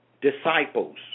Disciples